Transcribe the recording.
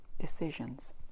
decisions